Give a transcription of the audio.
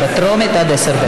בטרומית, עד עשר דקות.